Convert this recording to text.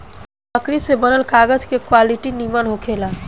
लकड़ी से बनल कागज के क्वालिटी निमन होखेला